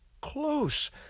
close